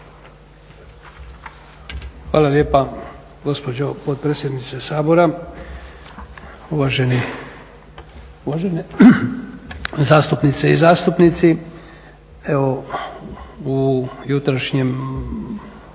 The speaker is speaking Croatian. Hvala lijepa gospođo potpredsjednice Sabora. Uvažene zastupnice i zastupnici. Evo, u jutrošnjem